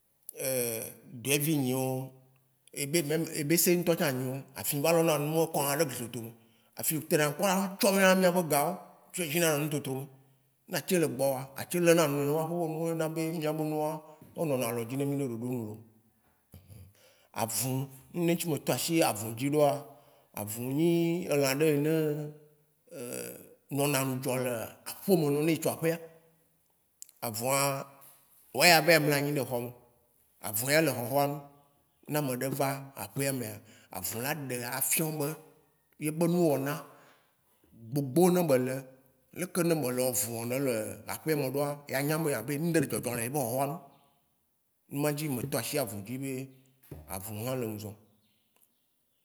Doevi nyio, ebe- meme ebese ŋtɔ tsã nyio afi va lɔna nu wɔ wo kɔ ɖo glitome. Afi tena kpɔna va tsɔ na mía ƒe gawo tsɔe zi na nu tro tro me. Ne atse le gbɔoa, atse le na nuwo eyɔna bena mía me nuwɔo a wo nɔna alɔ dzi na mí ɖe ɖoɖonu loo. Avũ wine ŋtsi me tɔ aʃí avũ dzi ɖoa, avũ nyi elã ɖe ene nɔna ŋdzɔ le aƒe me noa ye tso aƒea. Avuã, woya be mlanyi le xɔme avuã le xɔxɔnu. Ne ame ɖe va aƒea me avũ la ɖe afiɔ be ye be nu wɔna gbogbo ne be le leke ne me le vuɔ̃ ɖe le aƒea me ɖoa la nya be ã nuɖe le dzɔdzɔ le ebe xɔxɔanu, numa dzi me tɔ aʃí avũ dzi be avuwã le ŋdzɔ̃.